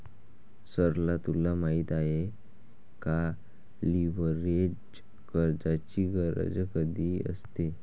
सरला तुला माहित आहे का, लीव्हरेज कर्जाची गरज कधी असते?